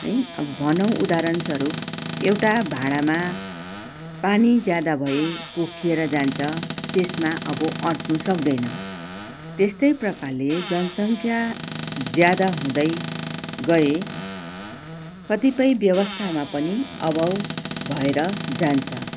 है अब भनौँ उदाहरणहरू एउटा भाँडामा पानी ज्यादा भए पोखिएर जान्छ त्यसमा अब अट्नु सक्दैन त्यस्तै प्रकारले जनसङ्ख्या ज्यादा हुँदै गए कतिपय व्यवस्थामा पनि अभाव भएर जान्छ